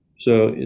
so,